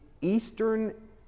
Eastern